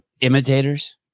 imitators